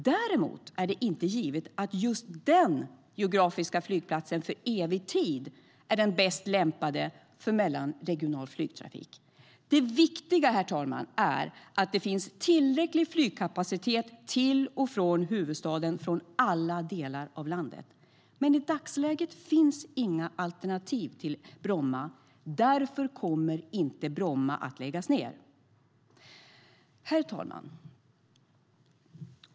Däremot är det inte givet att just den geografiska platsen för evig tid är den bäst lämpade för mellanregional flygtrafik. Herr talman!